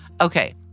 Okay